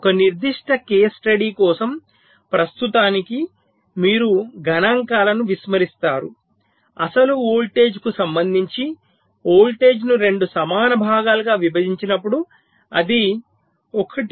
ఒక నిర్దిష్ట case study కోసం ప్రస్తుతానికి మీరు గణాంకాలను విస్మరిస్తారు అసలు వోల్టేజ్కు సంబంధించి వోల్టేజ్ను 2 సమాన భాగాలుగా విభజించినప్పుడు అది 1